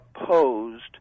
opposed